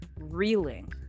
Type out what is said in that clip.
reeling